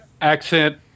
accent